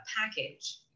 package